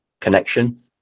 connection